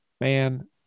man